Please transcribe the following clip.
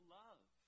love